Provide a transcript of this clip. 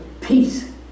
Peace